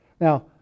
Now